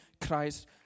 Christ